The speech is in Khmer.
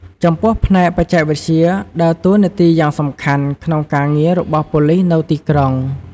ចំពោះផ្នែកបច្ចេកវិទ្យាដើរតួនាទីយ៉ាងសំខាន់ក្នុងការងាររបស់ប៉ូលិសនៅទីក្រុង។